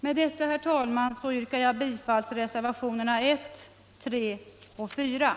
Med detta, herr talman, yrkar jag bifall till reservationerna 1, 3 och